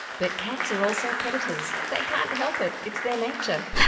but cats are also predators. they can't help it, it's their nature.